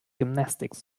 gymnastics